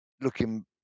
looking